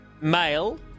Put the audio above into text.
male